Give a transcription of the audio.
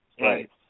Right